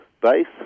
base